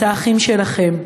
את האחים שלכם,